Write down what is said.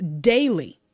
daily